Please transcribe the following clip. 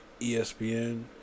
ESPN